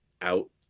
out